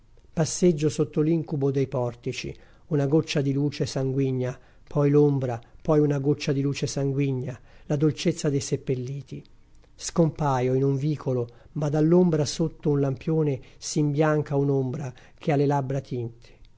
passeggio sotto l'incubo dei portici una goccia di luce sanguigna poi l'ombra poi una goccia di luce sanguigna la dolcezza dei seppelliti scompaio in un vicolo ma dall'ombra sotto un lampione s'imbianca un'ombra che ha le labbra tinte